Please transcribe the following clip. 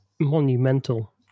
monumental